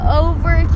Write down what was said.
over